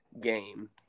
game